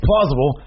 plausible